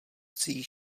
psí